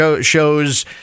shows